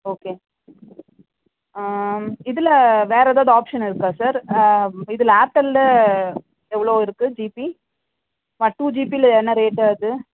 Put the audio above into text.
okay இதில் வேறு எதாவது ஆப்ஷன் இருக்கா சார் இதில் ஏர்டெலில் எவ்வளோ இருக்குது ஜிபி ஆ டூ ஜிபியில் என்ன ரேட் வருது